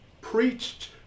preached